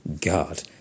God